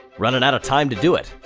running out of time to do it.